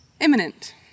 Imminent